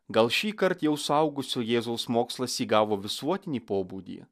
gal šįkart jau suaugusio jėzaus mokslas įgavo visuotinį pobūdį